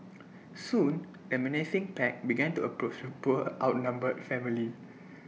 soon the menacing pack began to approach the poor outnumbered family